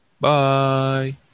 Bye